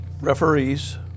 referees